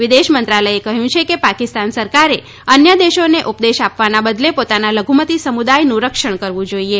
વિદેશ મંત્રાલયે કહ્યું છે કે પાકિસ્તાન સરકારે અન્ય દેશોને ઉપદેશ આપવાને બદલે પોતાના લધુમતિ સમુદાયનું રક્ષણ કરવું જોઇએ